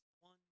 one